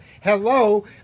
Hello